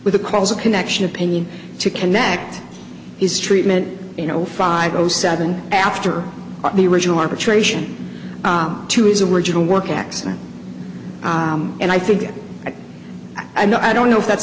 with a causal connection opinion to connect his treatment you know five zero seven after the original arbitration to his original work accident and i think i know i don't know if that's